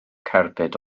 cerbyd